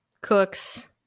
cooks